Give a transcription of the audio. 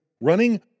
running